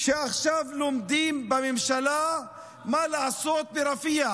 עכשיו לומדים בממשלה מה לעשות ברפיח,